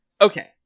okay